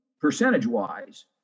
Percentage-wise